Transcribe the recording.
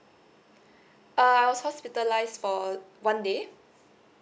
uh I was hospitalized for one day